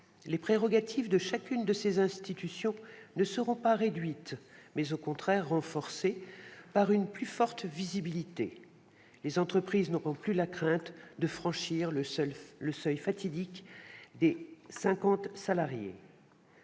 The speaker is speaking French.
Les prérogatives de chacune de ces institutions ne seront pas réduites ; il s'agit au contraire de les renforcer grâce à une plus forte visibilité. Les entreprises n'auront plus la crainte de franchir le seuil fatidique des 50 salariés.